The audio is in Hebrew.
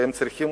והם צריכים